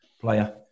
player